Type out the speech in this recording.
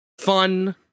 fun